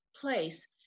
place